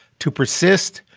to persist.